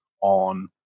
on